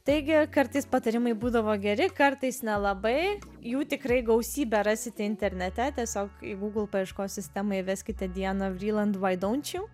taigi kartais patarimai būdavo geri kartais nelabai jų tikrai gausybę rasite internete tiesiog į google paieškos sistemą įveskite diana vriland why dont you